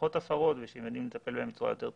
פחות הפרות ושהם יודעים לטפל בהן בצורה יותר טובה.